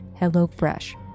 hellofresh